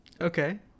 Okay